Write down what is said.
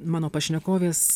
mano pašnekovės